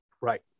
right